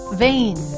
vein